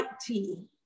tea